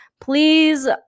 please